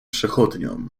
przechodniom